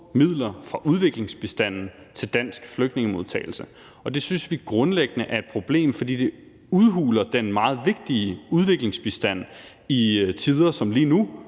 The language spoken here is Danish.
midler fra udviklingsbistanden til dansk flygtningemodtagelse. Og det synes vi grundlæggende er et problem, fordi det udhuler den meget vigtige udviklingsbistand i tider som lige nu,